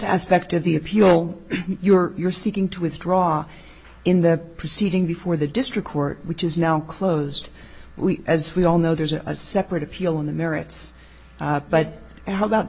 aspect of the appeal you're seeking to withdraw in the proceeding before the district court which is now closed we as we all know there's a separate appeal on the merits but how about